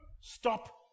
stop